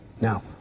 Now